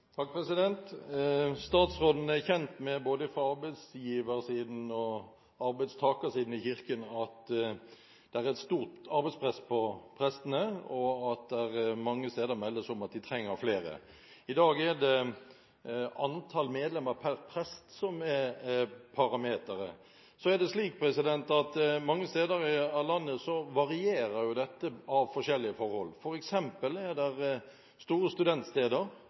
arbeidsgiversiden og arbeidstakersiden i Kirken at det er et stort arbeidspress på prestene, og at det mange steder meldes om at de trenger flere. I dag er det antall medlemmer per prest som er parameteret. Så er det slik at mange steder i landet varierer dette av forskjellige grunner, f.eks. store studentsteder, der